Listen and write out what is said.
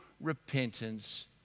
repentance